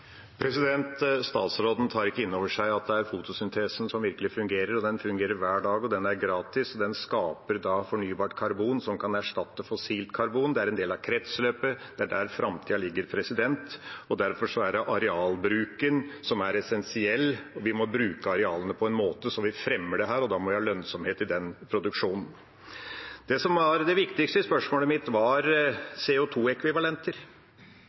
Statsråden tar ikke inn over seg at det er fotosyntesen som virkelig fungerer. Den fungerer hver dag, og den er gratis. Den skaper fornybart karbon som kan erstatte fossilt karbon. Det er en del av kretsløpet. Det er der framtida ligger. Derfor er det arealbruken som er essensiell. Vi må bruke arealene på en måte som fremmer dette, og da må vi ha lønnsomhet i den produksjonen. Det viktigste i spørsmålet mitt var